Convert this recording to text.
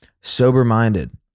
sober-minded